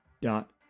dot